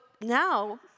now